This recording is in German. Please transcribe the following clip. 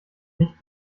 nicht